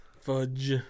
Fudge